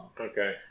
Okay